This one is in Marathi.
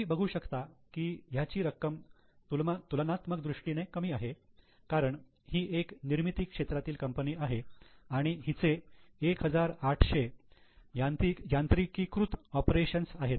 तुम्ही बघू शकता की ह्याची रक्कम तुलनात्मक दृष्टीने कमी आहे कारण ही एक निर्मिती क्षेत्रातील कंपनी आहे आणि हिचे 1800 यांत्रिकीकृत ऑपरेशन्स आहेत